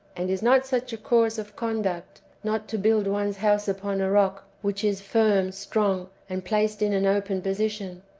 and is not such a course of conduct not to build one's house upon a rock which is firm, strong, and placed in an open position,